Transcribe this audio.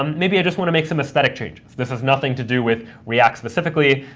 um maybe i just want to make some aesthetic changes. this has nothing to do with react specifically,